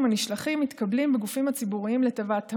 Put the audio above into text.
הנשלחים מתקבלים בגופים הציבוריים לתיבת המייל,